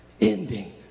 ending